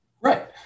Right